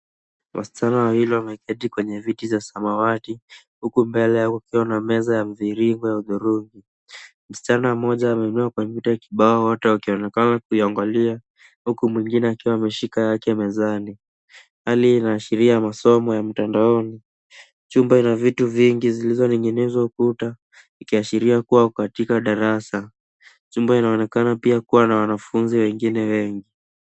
Wasichana wawili wameketi kwenye viti za samawati huku mbele ukiona meza ya mviringo ya hudhurungi. Msichana mmoja ameinua kompyuta kibao wote wakionekana kuiangalia huku mwingine akiwa ameshika yake mezani. Hali inaashiria masomo ya mtandaoni. Chumba ina vitu vingi zilizoning'inizwa ukuta ikiashiria kuwa katika darasa. Chumba inaonekana pia kuwa na wanafunzi wengine wengi.